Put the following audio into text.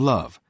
Love